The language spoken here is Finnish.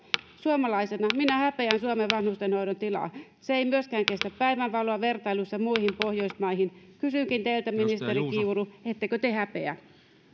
suomalaisena minä häpeän suomen vanhustenhoidon tilaa se ei kestä päivänvaloa myöskään vertailussa muihin pohjoismaihin kysynkin teiltä ministeri kiuru ettekö te häpeä edustaja juuso